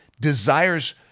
desires